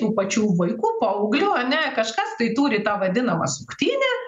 tų pačių vaikų paauglių ane kažkas tai turi tą vadinamą suktinę